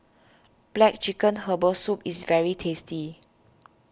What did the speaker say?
Black Chicken Herbal Soup is very tasty